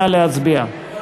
נא להצביע.